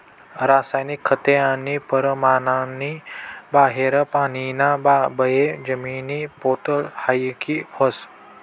रासायनिक खते आणि परमाननी बाहेर पानीना बये जमिनी पोत हालकी व्हस